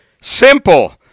Simple